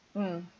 mm